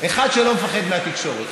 אחד שלא מפחד מהתקשורת.